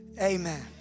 Amen